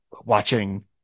watching